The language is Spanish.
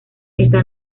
está